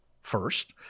first